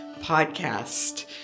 podcast